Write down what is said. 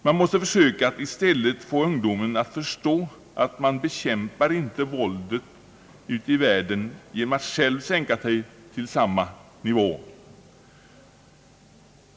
Man måste försöka att i stället få ungdomen att förstå att man inte bekämpar våldet ute i världen genom att själva sänka sig till samma nivå.